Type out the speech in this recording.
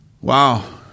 Wow